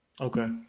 Okay